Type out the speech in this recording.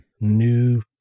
New